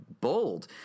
bold